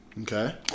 Okay